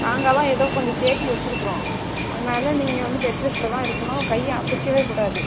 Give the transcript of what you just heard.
நாங்களாக தான் ஏதோ கொஞ்சம் தேற்றி வச்சுருக்குறோம் அதனால் நீங்கள் வந்து பெட் ரெஸ்ட்டில் தான் இருக்கணும் கையை அசைக்கவே கூடாது